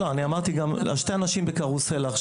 לא, אמרתי על שני אנשים שנכנסו בקרוסלה.